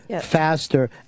faster